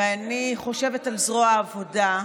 ואני חושבת על זרוע העבודה,